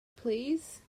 please